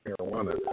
marijuana